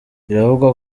biravugwa